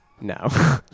No